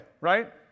right